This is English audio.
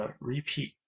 repeat